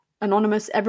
anonymous